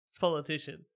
politician